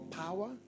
power